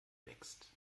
wächst